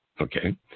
Okay